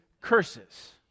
curses